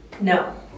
No